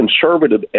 conservative